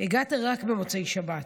הגעת רק במוצאי שבת.